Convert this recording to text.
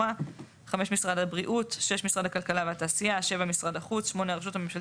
באזורים שונים בארץ ומצב המגוון